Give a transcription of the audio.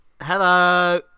Hello